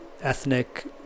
ethnic